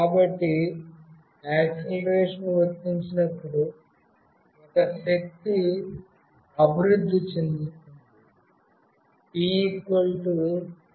కాబట్టి యాక్సిలరేషన్ వర్తించినప్పుడు ఒక శక్తి అభివృద్ధి చెందుతుంది